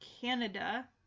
Canada